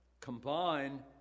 combine